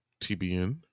TBN